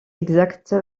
exacte